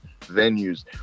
venues